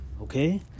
Okay